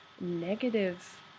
negative